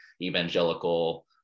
evangelical